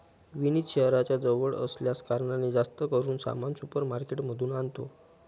विनीत शहराच्या जवळ असल्या कारणाने, जास्त करून सामान सुपर मार्केट मधून आणतो